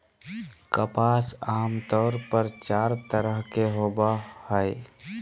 कपास आमतौर पर चार तरह के होवो हय